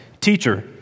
Teacher